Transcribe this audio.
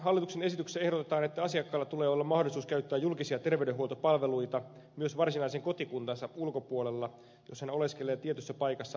hallituksen esityksessä ehdotetaan että asiakkaalla tulee olla mahdollisuus käyttää julkisia terveydenhuoltopalveluita myös varsinaisen kotikuntansa ulkopuolella jos hän oleskelee tietyssä paikassa pitkäaikaisesti